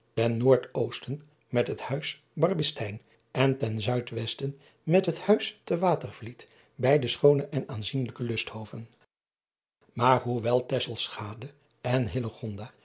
ten oord osten met het huis arbistein en ten uid esten met het huis te atervliet beide schoone en aanzienlijke usthoven aar hoewel en